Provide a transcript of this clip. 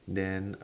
then